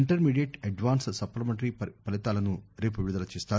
intermediate advanced supplementary ఫరితాలను రేపు విడుదల చేస్తారు